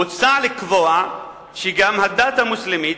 מוצע לקבוע שגם הדת המוסלמית,